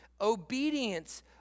Obedience